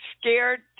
scared